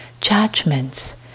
judgments